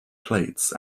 plates